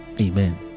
Amen